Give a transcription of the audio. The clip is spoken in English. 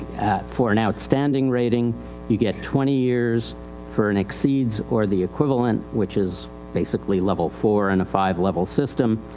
for an outstanding rating you get twenty years for an exceeds or the equivalent which is basically level four in a five level system.